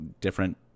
different